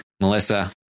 Melissa